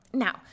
Now